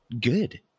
good